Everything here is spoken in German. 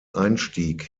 einstieg